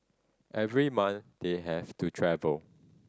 every month they have to travel